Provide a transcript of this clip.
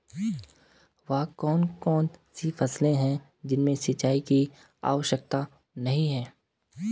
वह कौन कौन सी फसलें हैं जिनमें सिंचाई की आवश्यकता नहीं है?